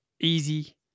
easy